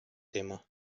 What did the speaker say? tema